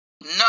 no